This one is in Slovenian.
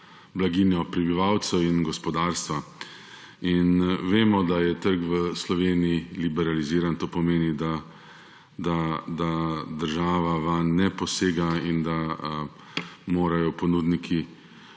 blaginjo prebivalcev in gospodarstva. In vemo, da je trg v Sloveniji liberaliziran, to pomeni, da država vanj ne posega in da morajo ponudniki